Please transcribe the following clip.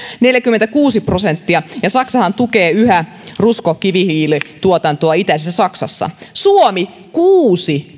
neljäkymmentäkuusi prosenttia ja saksahan tukee yhä rusko kivihiilituotantoa itäisessä saksassa ja suomi kuusi